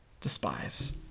despise